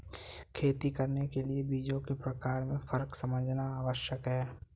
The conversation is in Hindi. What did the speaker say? खेती करने के लिए बीजों के प्रकार में फर्क समझना आवश्यक है